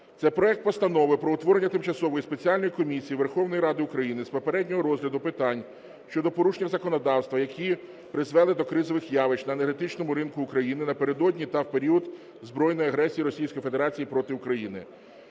Це проект Постанови про утворення Тимчасової спеціальної комісії Верховної Ради України з попереднього розгляду питань щодо порушення законодавства, які призвели до кризових явищ на енергетичному ринку України напередодні та в період збройної агресії Російської Федерації проти України.